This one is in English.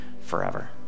forever